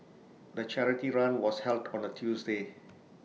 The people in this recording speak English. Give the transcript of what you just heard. the charity run was held on A Tuesday